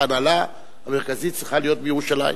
ההנהלה המרכזית צריכה להיות בירושלים.